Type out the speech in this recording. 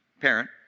parent